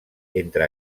entre